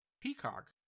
Peacock